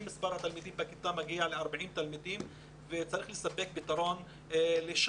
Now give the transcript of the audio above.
מספר התלמידים בכיתה מגיע ל-40 תלמידים וצריך לספק פתרון למקום,